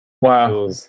Wow